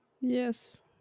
yes